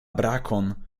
brakon